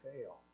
fail